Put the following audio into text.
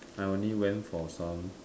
I only went for some